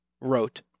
wrote